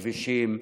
לכבישים,